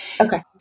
Okay